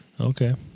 Okay